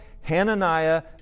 Hananiah